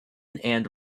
and